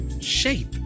Shape